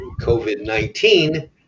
COVID-19